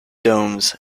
domes